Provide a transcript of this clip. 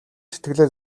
сэтгэлээ